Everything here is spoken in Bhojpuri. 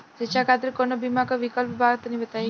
शिक्षा खातिर कौनो बीमा क विक्लप बा तनि बताई?